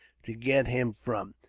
to get him from.